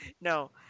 no